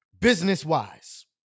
business-wise